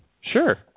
Sure